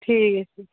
ठीक ऐ